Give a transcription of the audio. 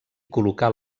col·locar